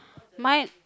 mine